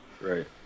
right